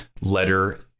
letter